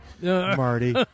Marty